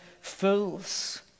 fools